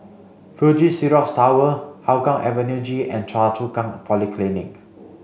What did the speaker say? Fuji Xerox Tower Hougang Avenue G and Choa Chu Kang Polyclinic